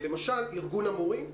למשל, ארגון המורים,